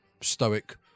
stoic